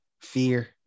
fear